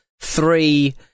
three